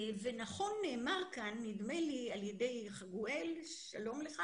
נכון נאמר כאן, נדמה לי על ידי חגואל שלום לך